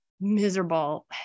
miserable